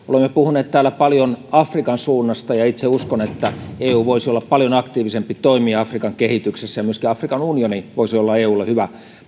olemme puhuneet täällä paljon afrikan suunnasta ja itse uskon että eu voisi olla paljon aktiivisempi toimija afrikan kehityksessä ja myöskin afrikan unioni voisi olla eulle hyvä